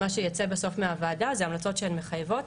מה שייצא בסוף מהוועדה זה המלצות שהן מחייבות,